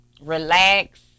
relax